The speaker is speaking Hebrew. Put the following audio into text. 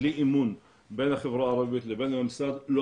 בלי אמון בין החברה הערבית לבין הממסד לא